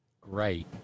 Great